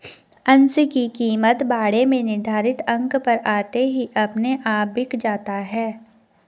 अंश की कीमत बाड़े में निर्धारित अंक पर आते ही अपने आप बिक जाता है